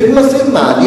סיגמה סיגמה.